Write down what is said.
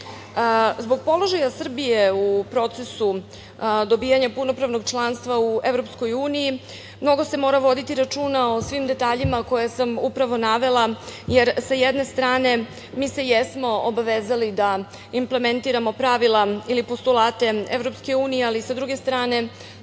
položaja Srbije u procesu dobijanja punopravnog članstva u EU mnogo se mora voditi računa o svim detaljima koje sam upravo navela jer sa jedne strane mi se jesmo obavezali da implementiramo pravila ili postulate EU, ali sa druge strane